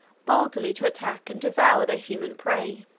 boldly to attack and devour their human prey.